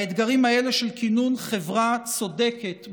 האתגרים האלה של כינון חברה צודקת,